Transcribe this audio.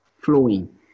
flowing